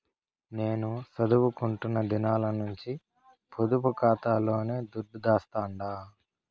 నేను సదువుకుంటున్న దినాల నుంచి పొదుపు కాతాలోనే దుడ్డు దాస్తండా